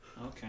Okay